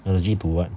allergy to what